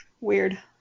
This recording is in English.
weird